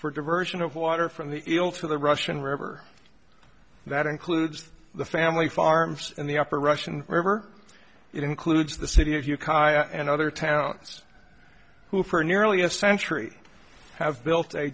for diversion of water from the ill to the russian river that includes the family farms in the upper russian river it includes the city if you and other towns who for nearly a century have built a